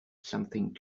something